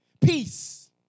Peace